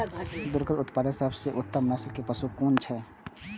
दुग्ध उत्पादक सबसे उत्तम नस्ल के पशु कुन छै?